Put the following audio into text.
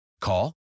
Call